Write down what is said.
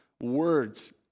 words